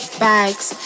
bags